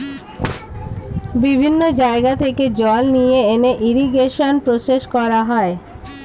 বিভিন্ন জায়গা থেকে জল নিয়ে এনে ইরিগেশন প্রসেস করা হয়